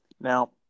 Now